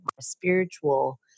spiritual